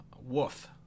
woof